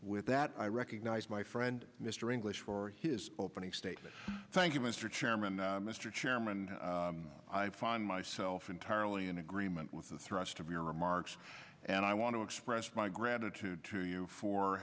with that i recognize my friend mr english for his opening statement thank you mr chairman mr chairman i find myself entirely in agreement with the thrust of your remarks and i want to express my gratitude to you for